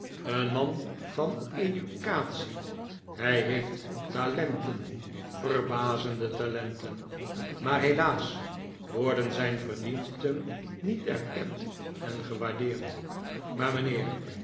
een man van educatie hij heeft talenten verbazende talenten maar helaas worden zijn verdiensten niet erkend en gewaardeerd maar mijnheer